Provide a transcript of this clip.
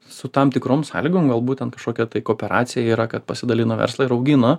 su tam tikrom sąlygom galbūt ten kažkokia tai kooperacija yra kad pasidalina verslą ir augina